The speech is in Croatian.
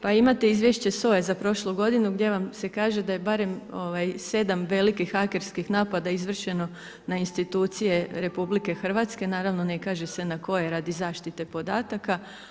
Pa imate izvješće SOA-e za prošlu godinu gdje vam se kaže da je barem sedam velikih hakerskih napada izvršeno na institucije RH, naravno ne kaže se na koje radi zaštite podataka.